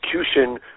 execution